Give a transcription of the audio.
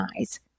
eyes